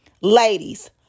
Ladies